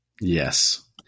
Yes